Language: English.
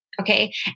Okay